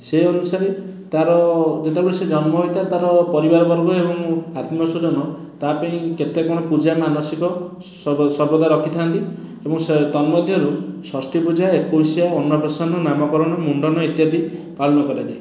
ସେଇ ଅନୁସାରେ ତା'ର ଯେତେବେଳେ ସେ ଜନ୍ମ ହୋଇଥାଏ ତା'ର ପରିବାର ବର୍ଗ ଏବଂ ଆତ୍ମୀୟସ୍ୱଜନ ତା ପାଇଁ କେତେ କ'ଣ ପୂଜା ମାନସିକ ସର୍ବଦା ରଖିଥାନ୍ତି ଏବଂ ସେ ତନ୍ମଧ୍ୟରୁ ଷଷ୍ଠୀ ପୂଜା ଏକୋଇଶିଆ ଅନ୍ନ ପ୍ରସନ୍ନ ନାମକରଣ ମୁଣ୍ଡନ ଇତ୍ୟାଦି ପାଳନ କରାଯାଏ